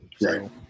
Right